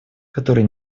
которые